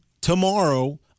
tomorrow